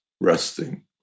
resting